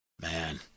Man